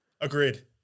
Agreed